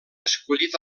escollit